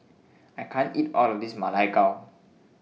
I can't eat All of This Ma Lai Gao